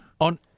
on